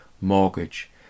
mortgage